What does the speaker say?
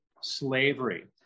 slavery